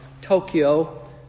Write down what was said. Tokyo